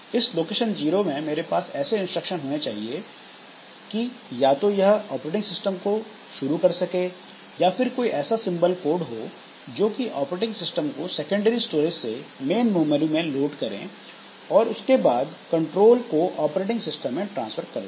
इस location zero में मेरे पास ऐसे इंस्ट्रक्शन होने चाहिए किया तो यह ऑपरेटिंग सिस्टम को शुरू कर सके या फिर ऐसा कोई सिंबल कोड हो जो कि ऑपरेटिंग सिस्टम को सेकेंडरी स्टोरेज से मेन मेमोरी में लोड करें और उसके बाद कंट्रोल को ऑपरेटिंग सिस्टम में ट्रांसफर कर दे